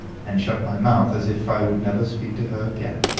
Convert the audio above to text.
and shut my mouth as if i would never speak to her again.